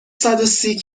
صدوسی